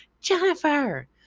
jennifer